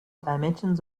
dimensions